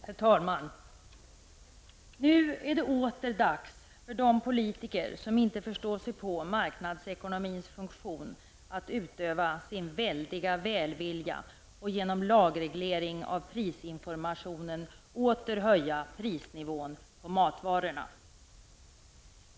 Herr talman! Nu är det åter dags för de politiker som inte förstår sig på marknadsekonomins funktion att utöva sin väldiga välvilja och genom lagreglering av prisinformationen åter höja prisnivån på matvarorna.